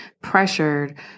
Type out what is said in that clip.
pressured